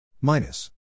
minus